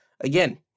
again